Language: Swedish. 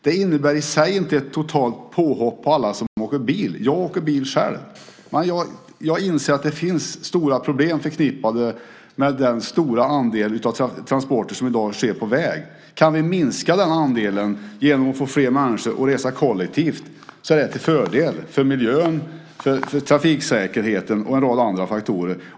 Det innebär i sig inte ett totalt påhopp på alla som åker bil. Jag åker själv bil. Men jag inser att det finns stora problem förknippade med den stora andelen transporter som i dag sker på väg. Kan vi minska denna andel genom att få fler människor att resa kollektivt är det till fördel för miljön, för trafiksäkerheten och en rad andra faktorer.